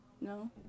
No